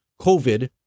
COVID